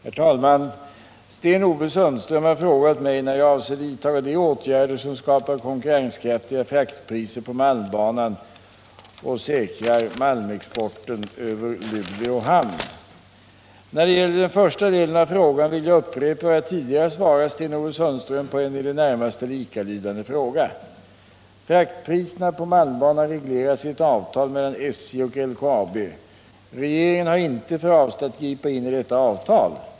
Herr talman! Sten-Ove Sundström har frågat mig när jag avser vidta de åtgärder som skapar konkurrenskraftiga fraktpriser på malmbanan och säkrar malmexporten över Luleå hamn. När det gäller den första delen av frågan vill jag upprepa vad jag tidigare har svarat Sten-Ove Sundström på en i det närmaste likalydande fråga. Fraktpriserna på malmbanan regleras i ett avtal mellan SJ och LKAB. Regeringen har inte för avsikt att gripa in i detta avtal.